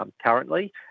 currently